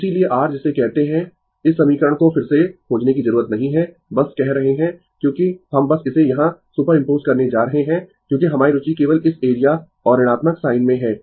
तो इसीलिए r जिसे कहते है इस समीकरण को फिर से खोजने की जरूरत नहीं है बस कह रहे है क्योंकि हम बस इसे यहां सुपर इम्पोस करने जा रहे है क्योंकि हमारी रुचि केवल इस एरिया और ऋणात्मक साइन में है